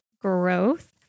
growth